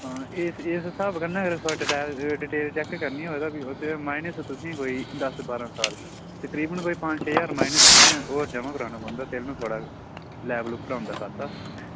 हां इस इस स्हाब कन्नै अगर थोआड़ी डटैल डिटेल चेक करनी होए तां फ्ही ओह्दे च माइनस तुसें कोई दस बारां साल तकरीबन कोई पंज छे ज्हार माइनस तुसें होर जमां कराने पौंदा तैलुं थोआड़ा लेवल उप्पर औंदा खाता